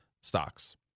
stocks